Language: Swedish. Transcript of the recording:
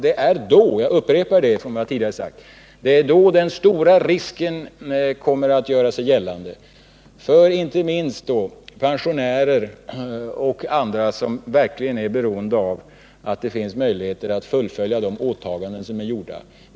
Det är då — jag upprepar det jag tidigare har sagt — den stora risken kommer att göra sig gällande för inte minst pensionärer, men även andra, som verkligen är beroende av att det finns möjligheter att fullfölja åtagandena.